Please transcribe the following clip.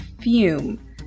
fume